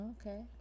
Okay